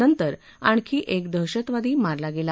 नंतर आणखी एक दहशतवादी मारला गेला